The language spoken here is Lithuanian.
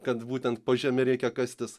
kad būtent po žeme reikia kastis